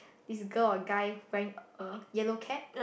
this girl or guy wearing a yellow cap